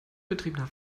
betriebener